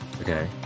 okay